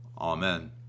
Amen